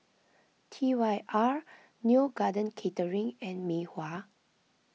T Y R Neo Garden Catering and Mei Hua